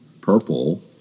purple